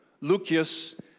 Lucius